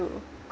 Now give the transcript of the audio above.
to